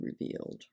revealed